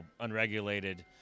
unregulated